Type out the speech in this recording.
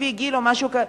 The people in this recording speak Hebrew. לפי גיל וכו'.